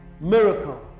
miracle